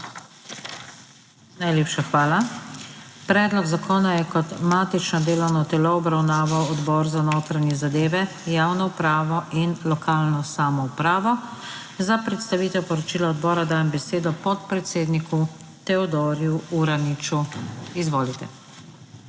Najlepša hvala. Predlog zakona je kot matično delovno telo obravnaval Odbor za notranje zadeve, javno upravo in lokalno samoupravo. Za predstavitev poročila odbora dajem besedo podpredsedniku Teodorju Uraniču. Izvolite.